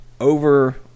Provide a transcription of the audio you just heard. over